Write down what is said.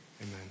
Amen